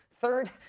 Third